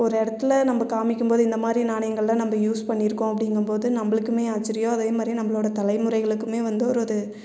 ஒரு இடத்துல நம்ம காமிக்கும் போது இந்த மாதிரி நாணயங்கள்லாம் நம்ம யூஸ் பண்ணியிருக்கோம் அப்படிங்கம்போது நம்மளுக்குமே ஆச்சரியம் அதேமாதிரி நம்மளோட தலைமுறைகளுக்குமே வந்து ஒரு அது